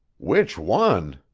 which one?